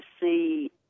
see